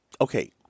Okay